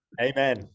amen